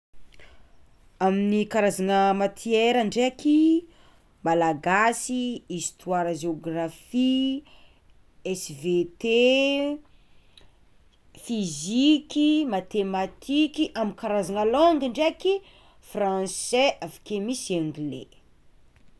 Amin'ny karazagna matiera ndraiky: malagasy, histoire geografia, svt, fiziky, matamatiky, amy karazana langy ndraiky franse avakeo misy angle.